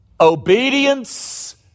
obedience